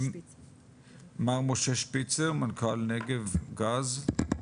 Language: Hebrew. מר משה שפיצר מנכ"ל נגב גז,